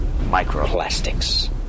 Microplastics